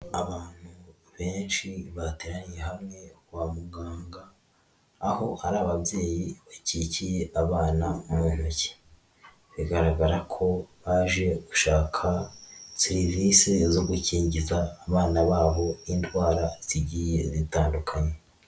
Abantu benshi bateraniye hamwe kwa muganga, aho hari ababyeyi bakikiye abana mu ntoki, bigaragara ko baje gushaka serivisi zo gukingiza abana babo indwara zigiye gutandukanye.